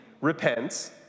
repents